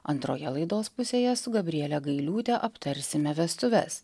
antroje laidos pusėje su gabriele gailiūte aptarsime vestuves